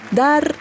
dar